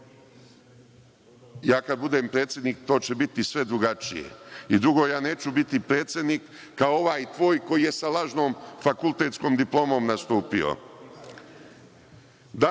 kada budem predsednik to će biti sve drugačije. Drugo, ja neću biti predsednik kao ovaj tvoj koji je sa lažnom fakultetskom diplomom nastupio. Dakle